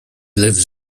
lives